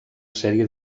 sèrie